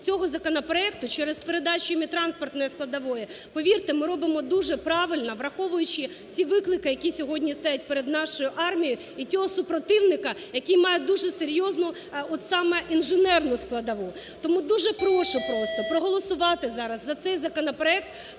цього законопроекту через передачу їм транспортної складової, повірте, ми робимо дуже правильно, враховуючи ті виклики, які сьогодні стоять перед нашою армією, і цього супротивника, який має дуже серйозно саме інженерну складову. Тому дуже прошу просто проголосувати зараз за цей законопроект,